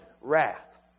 wrath